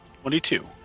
Twenty-two